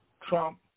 Trump